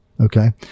Okay